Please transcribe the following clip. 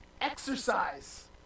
exercise